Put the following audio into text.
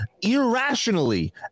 irrationally